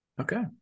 Okay